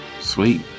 Sweet